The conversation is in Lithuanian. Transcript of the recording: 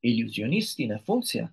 iliuzionistinę funkciją